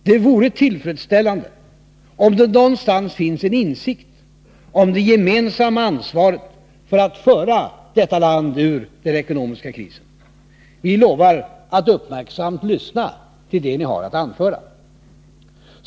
Det vore tillfredsställande om det någonstans funnes en insikt om det gemensamma ansvaret för att föra detta land ur den ekonomiska krisen. Vi lovar att uppmärksamt lyssna till det ni har att anföra.